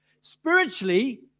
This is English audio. Spiritually